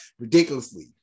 ridiculously